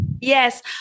Yes